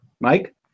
Mike